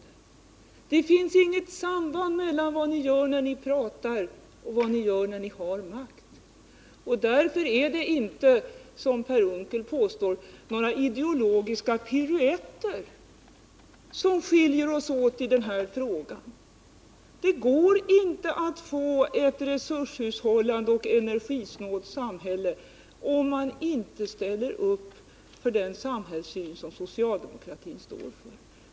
Det finns inget samband mellan vad ni säger och vad ni gör. Det är inte, som Per Unckel påstår, några ideologiska piruetter som skiljer oss åt i denna fråga. Det går inte att få ett resurshushållande och energisnålt samhälle om man inte ställer upp för den samhällssyn som socialdemokratin står för.